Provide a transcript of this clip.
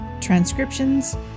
transcriptions